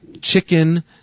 chicken